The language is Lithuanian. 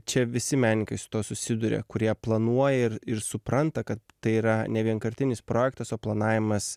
čia visi menininkai su tuo susiduria kurie planuoja ir ir supranta kad tai yra nevienkartinis projektas o planavimas